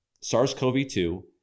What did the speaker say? SARS-CoV-2